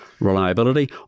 reliability